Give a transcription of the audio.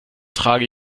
trage